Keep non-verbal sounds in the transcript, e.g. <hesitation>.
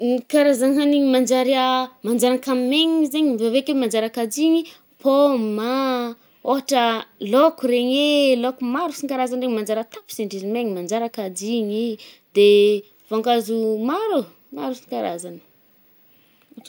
Ny karazana hanigny manajary <hesitation> manjary nkamegniny zaigny de aveke manjary akajigny pôma a, ôhatra <hesitation> lôko regny e,lôko maro sy ny karazany regny, manjary atapy zaigny ndrizy megna manjary akajigny i, de mangazo oh, maro ô, maro karazany.